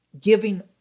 giving